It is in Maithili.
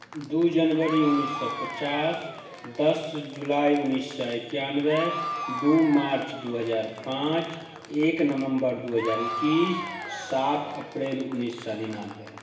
दू जनवरी उन्नैस सए पचास दश जुलाइ उनैस सए एकानबे दू मार्च दू हजार पाँच एक नवम्बर दू हजार एकैस सात अप्रिल उन्नैस सए निनानबे